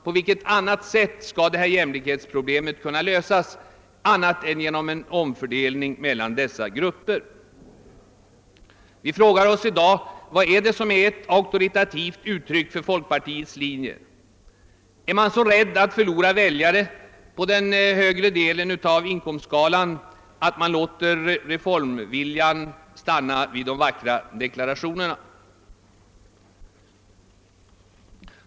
På vilket annat sätt skall jämlikhetsproblemet kunna lösas än genom en omfördelning mellan dessa grupper? Vi frågar oss också i dag vad som är ett auktoritativt uttryck för folkpartiets linje. är man så rädd för att förlora väljare på den högre delen av inkomstskalan att man låter reformviljan stanna vid vackra deklarationer?